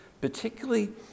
particularly